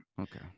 okay